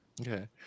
okay